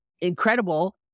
incredible